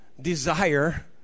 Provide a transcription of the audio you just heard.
desire